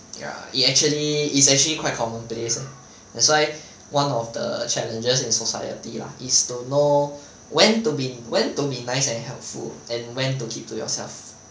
ya it actually is actually quite common place leh that's why one of the challenges in society lah is to know when to be when to be nice and helpful and when to keep to yourself